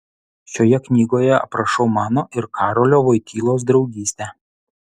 šioje knygoje aprašau mano ir karolio voitylos draugystę